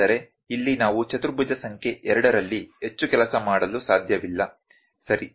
ಆದರೆ ಇಲ್ಲಿ ನಾವು ಚತುರ್ಭುಜ ಸಂಖ್ಯೆ 2 ರಲ್ಲಿ ಹೆಚ್ಚು ಕೆಲಸ ಮಾಡಲು ಸಾಧ್ಯವಿಲ್ಲ ಸರಿ